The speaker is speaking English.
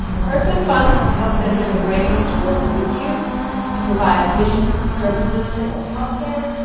hrsa funds the health centers and grantees to work with you to provide vision services and all health care,